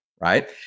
right